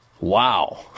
Wow